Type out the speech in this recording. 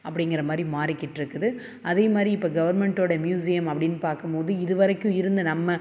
அப்படிங்கிற மாதிரி மாறிகிட்டிருக்குது அதையும் மாதிரி இப்போ கவர்மெண்ட்டோட மியூஸியம் அப்படின் பார்க்கும்மோது இது வரைக்கும் இருந்த நம்ம